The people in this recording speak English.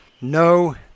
No